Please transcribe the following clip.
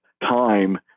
time